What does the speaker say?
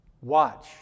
watch